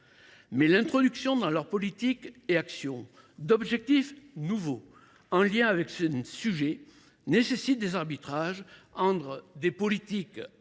mais l’introduction, dans leurs politiques et actions, d’objectifs nouveaux en lien avec ce sujet nécessite des arbitrages entre des politiques